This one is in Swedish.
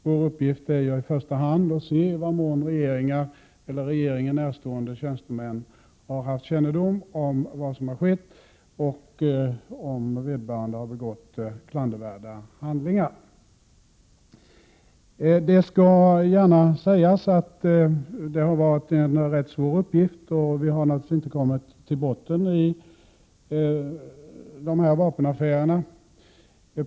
Vår uppgift i första hand är att se i vad mån regeringen eller regeringen närstående tjänstemän har haft kännedom om vad som skett och om vederbörande begått klandervärda handlingar. Det skall gärna sägas att det har varit en rätt svår uppgift, och vi har naturligtvis inte kommit till botten i fråga om vapenaffärerna.